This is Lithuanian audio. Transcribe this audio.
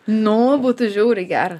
nu būtų žiauriai gera